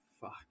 fuck